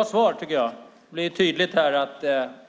Herr talman! Jag får tacka dig, Johan, för bra svar. Det blir tydligt här att